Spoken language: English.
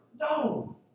No